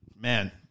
man